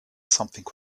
something